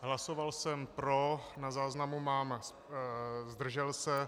Hlasoval jsem pro, na záznamu mám zdržel se.